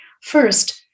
first